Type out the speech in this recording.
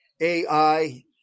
AI